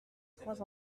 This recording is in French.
trois